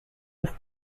ist